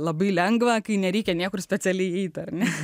labai lengva kai nereikia niekur specialiai eiti ar ne